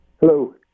Hello